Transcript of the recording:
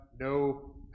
no